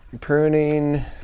pruning